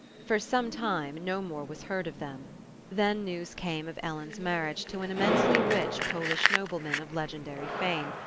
for some time no more was heard of them then news came of ellen's marriage to an immensely rich polish nobleman of legendary fame,